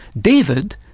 David